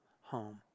home